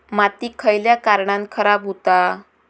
माती खयल्या कारणान खराब हुता?